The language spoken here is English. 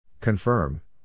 Confirm